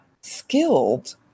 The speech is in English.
skilled